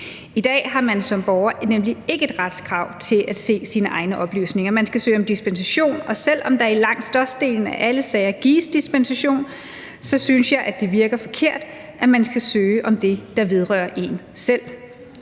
I dag har man som borger nemlig ikke et retskrav på at se sine egne oplysninger. Man skal søge om dispensation, og selv om der i langt størstedelen af alle sager gives dispensation, så synes jeg, det virker forkert, at man skal søge om det, der vedrører en selv.